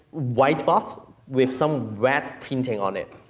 white spots with some red painting on it.